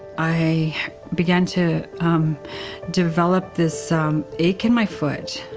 i began to develop this um ache in my foot,